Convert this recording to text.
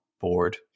board